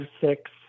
six